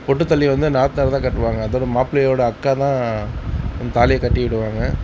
பொட்டு தாலி வந்து நாத்தனார் தான் கட்டுவாங்க அதாவது மாப்பிள்ளையோடய அக்கா தான் அந்த தாலியை கட்டிவிடுவாங்க